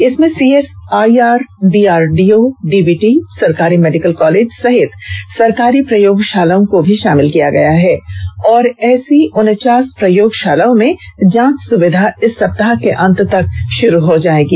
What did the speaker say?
इसमें CSIR DRDO DBT सरकारी medical college सहित सरकारी प्रयोगशालाओं को भी शामिल किया है और ऐसी उनचास प्रयोगशालाओं में जांच सुविधा इस सप्ताह के अंत तक शुरू हो जाएगी